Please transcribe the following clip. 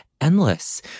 endless